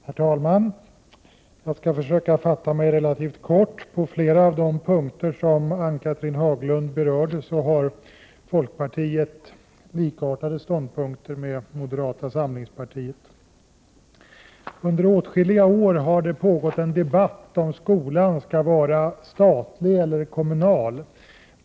Herr talman! Jag skall försöka fatta mig relativt kort. På flera av de punkter som Ann-Cathrine Haglund berörde har folkpartiet intagit ståndpunkter likartade moderata samlingspartiets. Under åtskilliga år har det pågått en debatt i frågan om skolan skall vara statlig eller kommunal.